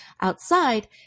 Outside